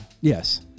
Yes